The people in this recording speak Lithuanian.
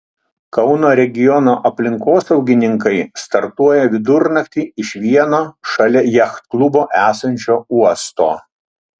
kauno regiono aplinkosaugininkai startuoja vidurnaktį iš vieno šalia jachtklubo esančio uosto